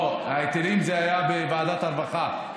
לא, ההיטלים היו בוועדת הרווחה.